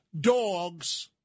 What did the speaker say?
dogs